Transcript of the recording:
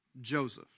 Joseph